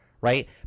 right